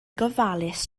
gofalus